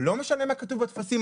לא משנה מה כתוב בטפסים.